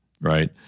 right